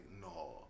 No